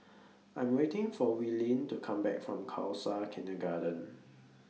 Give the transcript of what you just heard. I'm waiting For Willene to Come Back from Khalsa Kindergarten